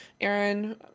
Aaron